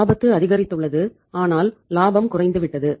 ஆபத்து அதிகரித்துள்ளது ஆனால் லாபம் குறைந்துவிட்டது